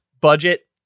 budget